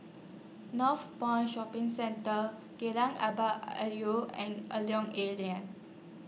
Northpoint Shopping Centre and A Lorong A Leng